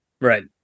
Right